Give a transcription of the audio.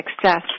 Success